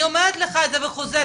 אני אומרת וחוזרת,